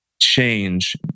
change